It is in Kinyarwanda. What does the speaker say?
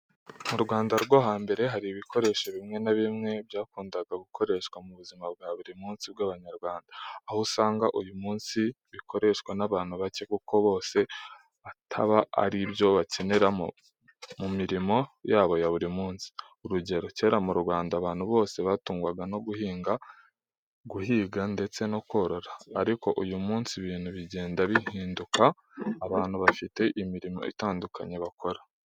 Mu Rwanda rwo hambere, hari ibikoresho bimwe na bimwe byakundaga gukoreshwa mu buzima bwa buri munsi bw'Abanyarwanda, aho usanga uyu munsi bikoreshwa n'abantu bake kuko bose ataba ari byo bakenera mu mirimo yabo ya buri munsi. Urugero: kera mu Rwanda abantu bose batungwaga no guhinga guhiga ndetse no korora, ariko uyu munsi ibintu bigenda bihinduka abantu bafite imirimo itandukanye bakora.